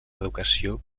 educació